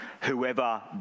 whoever